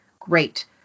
Great